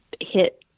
hit